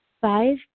Five